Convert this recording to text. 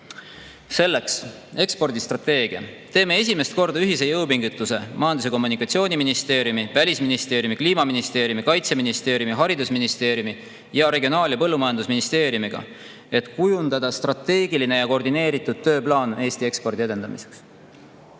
Selleks on ekspordistrateegia. Teeme esimest korda ühise jõupingutuse Majandus- ja Kommunikatsiooniministeeriumi, Välisministeeriumi, Kliimaministeeriumi, Kaitseministeeriumi, Haridus- ja Teadusministeeriumi ja Regionaal- ja Põllumajandusministeeriumiga, et kujundada strateegiline ja koordineeritud tööplaan Eesti ekspordi edendamiseks.